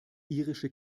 irische